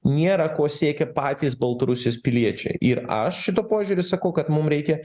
nėra ko siekia patys baltarusijos piliečiai ir aš šituo požiūriu sako kad mum reikia